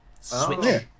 Switch